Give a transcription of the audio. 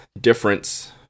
difference